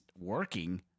working